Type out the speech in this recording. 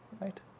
Right